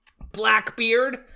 Blackbeard